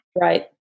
Right